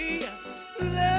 Love